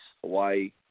Hawaii